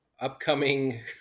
upcoming